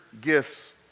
gifts